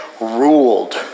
ruled